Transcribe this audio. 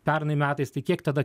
pernai metais tai kiek tada